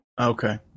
Okay